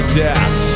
death